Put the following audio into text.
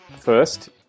First